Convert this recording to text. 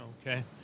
Okay